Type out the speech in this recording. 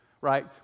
right